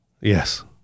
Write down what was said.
Yes